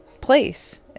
place